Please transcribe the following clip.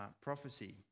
prophecy